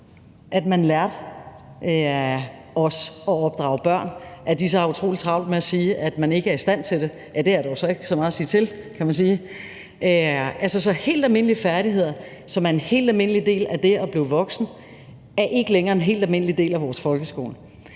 at man lærte os at opdrage børn, så har utrolig travlt med at sige, at man ikke er i stand til det. Det er der jo så ikke så meget at sige til, kan man sige. Så helt almindelige færdigheder, som er en helt almindelig del af det at blive voksen, er ikke længere en helt almindelig del af vores folkeskole.